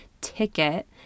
ticket